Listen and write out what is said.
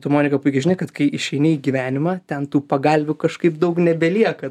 tu monika puikiai žinai kad kai išeini į gyvenimą ten tų pagalvių kažkaip daug nebelieka